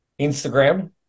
Instagram